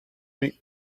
week